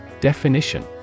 Definition